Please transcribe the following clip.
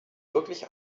wirklich